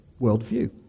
worldview